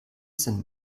sind